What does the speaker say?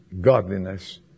godliness